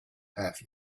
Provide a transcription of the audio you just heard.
have